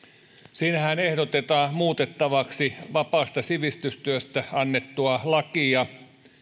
siinähän ehdotetaan muutettavaksi vapaasta sivistystyöstä annettua lakia